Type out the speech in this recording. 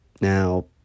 Now